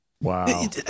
Wow